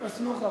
הנה, חיפשנוך.